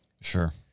Sure